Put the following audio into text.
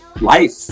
life